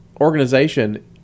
Organization